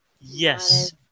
Yes